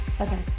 Okay